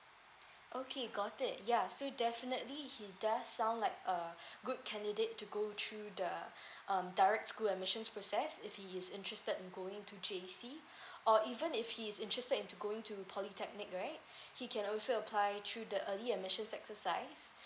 okay got it ya so definitely he does sound like a good candidate to go through the um direct school admission process if he is interested in going to J_C or even if he is interested into going to polytechnic right he can also apply through the early admissions exercise